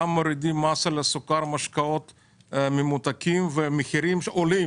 גם כשהורידו את המס על המשקאות הממותקים המחירים עלו.